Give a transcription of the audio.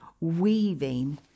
weaving